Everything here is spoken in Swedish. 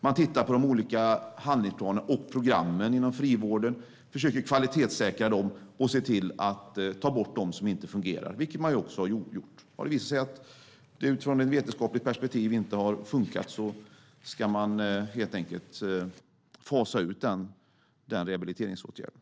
Man tittar på de olika handlingsplanerna och programmen inom frivården, försöker att kvalitetssäkra dem och se till att ta bort dem som inte fungerar. Det har man också gjort. Om det visar sig att det utifrån ett vetenskapligt perspektiv inte har fungerat ska man helt enkelt fasa ut den rehabiliteringsåtgärden.